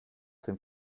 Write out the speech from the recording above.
dem